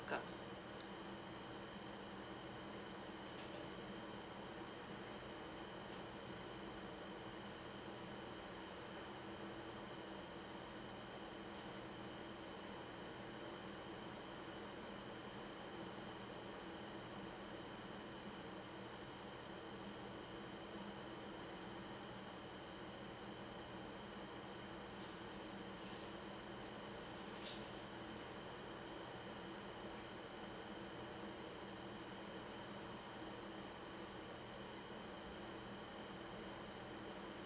hougang